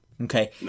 Okay